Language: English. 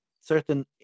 certain